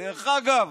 דרך אגב,